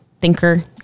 thinker